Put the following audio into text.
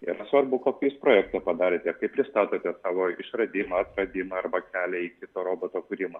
yra svarbu kokį jūs projektą padarėte kaip pristatote savo išradimą atradimą arba kelią į kito roboto kūrimą